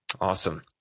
Awesome